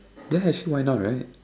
yes you why not right